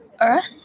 earth